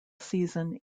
season